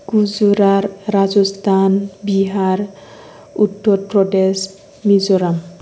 Gujarat Rajasthan Bihar Uttar Pradesh Mizoram